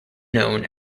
known